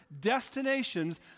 destinations